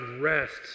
rests